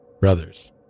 brothers